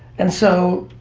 and so,